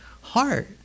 heart